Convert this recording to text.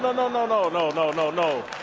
no, no, no, no, no, no, no, no, no.